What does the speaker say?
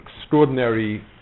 extraordinary